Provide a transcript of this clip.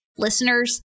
listeners